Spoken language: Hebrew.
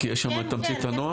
המצגת, כי יש שם את תמצית הנוהל?